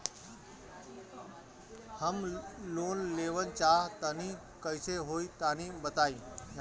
हम लोन लेवल चाह तनि कइसे होई तानि बताईं?